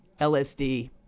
LSD